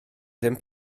ddim